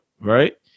right